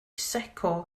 secco